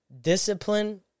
discipline